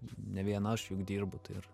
ne vien aš juk dirbu tai ir